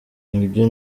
nibyo